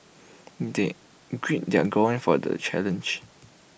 they grill their for the challenge